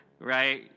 right